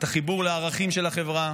את החיבור לערכים של החברה,